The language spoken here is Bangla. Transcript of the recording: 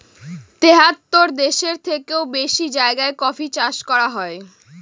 তেহাত্তর দেশের থেকেও বেশি জায়গায় কফি চাষ করা হয়